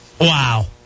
wow